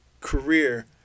career